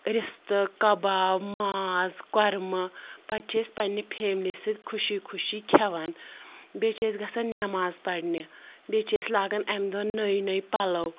رِستہٕ کَباب ماز کۄرمہٕ پَتہٕ چھِ أسۍ پَنٛنہِ فیملی سٟتۍ خوشی خوشی کھؠوان بیٚیہِ چھِ أسۍ گَژھان نؠماز پَرنہِ بیٚیہِ چھِ أسۍ لاگان امہِ دۄہ نٔے نٔے پَلو